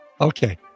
Okay